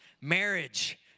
marriage